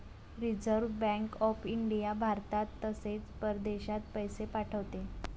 reserve bank of India भारतात तसेच परदेशात पैसे पाठवते